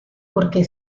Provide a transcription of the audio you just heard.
porque